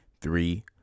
Three